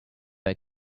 were